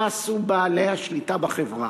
מה עשו בעלי השליטה בחברה?